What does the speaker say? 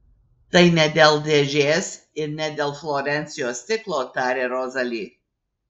tai ne dėl dėžės ir ne dėl florencijos stiklo tarė rozali